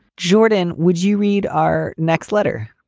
jordan, would you read our next letter?